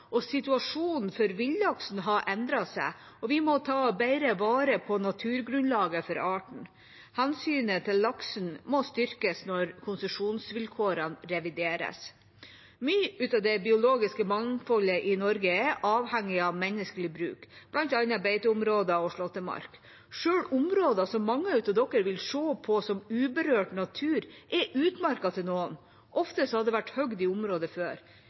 og situasjonen for villaksen har endret seg. Vi må ta bedre vare på artens naturgrunnlag. Hensynet til laksen må styrkes når konsesjonsvilkårene revideres. Mye av det biologiske mangfoldet i Norge er avhengig av menneskelig bruk, bl.a. beiteområder og slåttemark. Selv områder som mange vil se på som uberørt natur, er noens utmark. Ofte har det vært hugget i området før.